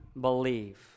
believe